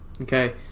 Okay